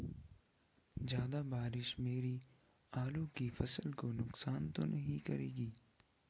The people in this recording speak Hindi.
ज़्यादा बारिश मेरी आलू की फसल को नुकसान तो नहीं करेगी?